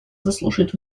заслушает